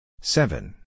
seven